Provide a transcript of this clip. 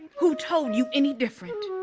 who told you any different?